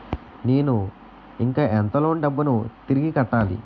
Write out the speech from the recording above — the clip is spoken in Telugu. నేను ఇంకా ఎంత లోన్ డబ్బును తిరిగి కట్టాలి?